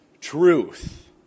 truth